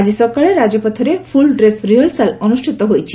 ଆଜି ସକାଳେ ରାଜପଥରେ ଫୁଲ୍ ଡ୍ରେସ୍ ରିହରସାଲ୍ ଅନୁଷ୍ଠିତ ହୋଇଛି